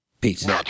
Peace